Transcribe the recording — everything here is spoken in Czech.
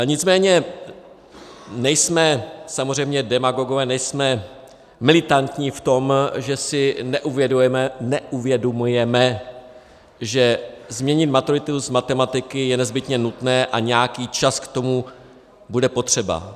Nicméně nejsme samozřejmě demagogové, nejsme militantní v tom, že si neuvědomujeme, že změnit maturitu z matematiky je nezbytně nutné a nějaký čas k tomu bude potřeba.